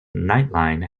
nightline